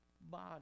body